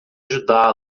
ajudá